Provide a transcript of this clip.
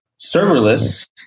serverless